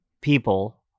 people